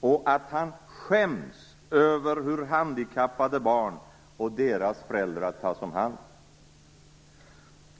och att han skäms över hur handikappade barn och deras föräldrar tas om hand.